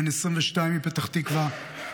בן 22 מפתח תקווה,